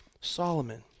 solomon